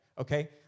okay